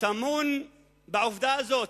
טמון בעובדה הזאת: